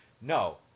no